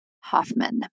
Hoffman